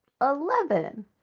eleven